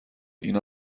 اینا